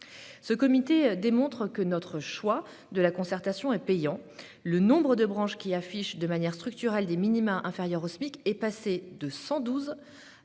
Ce comité démontre que le choix de la concertation est payant. Le nombre de branches qui affichent, de manière structurelle, des minima inférieurs au Smic est passé de 112 à 57